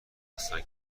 هستند